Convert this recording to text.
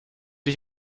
ich